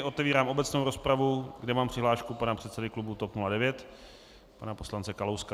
Otevírám obecnou rozpravu, kde mám přihlášku pana předsedy klubu TOP 09, pana poslance Kalouska.